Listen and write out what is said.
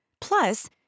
Plus